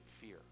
fear